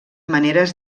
maneres